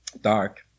dark